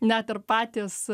net ir patys